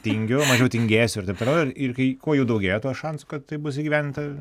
tingiu mažiau tingėsiu ir taip toliau ir ir kai kuo jų daugėja tuo šansų kad tai bus įgyvendinta